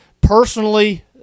personally